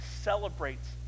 celebrates